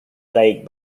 plagued